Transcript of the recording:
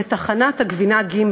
בתחנת הגבינה ג'.